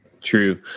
True